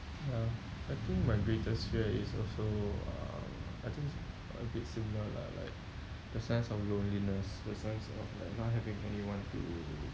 ya I think my greatest fear is also uh I think a bit similar lah like the sense of loneliness the sense of like not having anyone to